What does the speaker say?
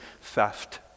theft